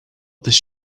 this